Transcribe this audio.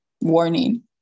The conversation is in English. warning